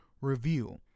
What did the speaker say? review